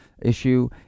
issue